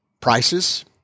prices